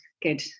good